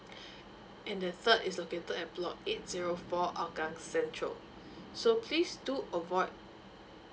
and the third is located at block eight zero for hougang central so please do avoid